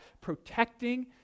protecting